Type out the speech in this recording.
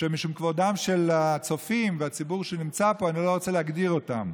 שמשום כבודם של הצופים והציבור שנמצא פה אני לא רוצה להגדיר אותן.